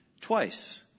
twice